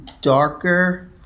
darker